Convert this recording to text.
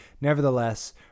nevertheless